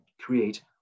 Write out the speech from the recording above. create